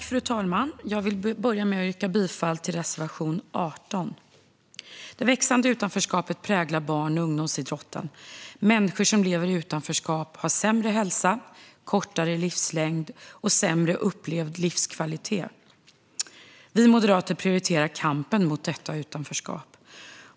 Fru talman! Jag vill börja med att yrka bifall till reservation 18. Det växande utanförskapet präglar barn och ungdomsidrotten. Människor som lever i utanförskap har sämre hälsa, kortare livslängd och sämre upplevd livskvalitet. Vi moderater prioriterar kampen mot detta utanförskap.